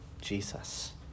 Jesus